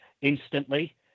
instantly